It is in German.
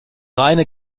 reine